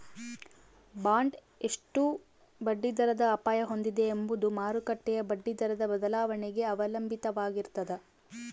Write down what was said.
bond ಎಷ್ಟು ಬಡ್ಡಿದರದ ಅಪಾಯ ಹೊಂದಿದೆ ಎಂಬುದು ಮಾರುಕಟ್ಟೆಯ ಬಡ್ಡಿದರದ ಬದಲಾವಣೆಗೆ ಅವಲಂಬಿತವಾಗಿರ್ತದ